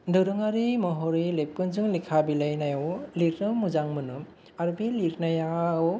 दोरोङारि महरै लेखा बिलाइ नायाव लेखायाव मोजां मोननो आरो बे लेथनायाव